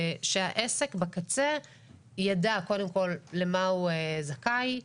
שהעסק בקצה ידע קודם כל למה הוא זכאי.